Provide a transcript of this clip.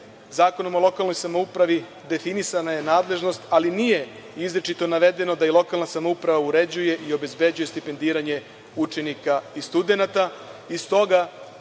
Zakonom o lokalnoj samoupravi definisana je nadležnost, ali nije izričito navedeno da je lokalna samouprava uređuje i obezbeđuje stipendiranje učenika i studenata